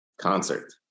Concert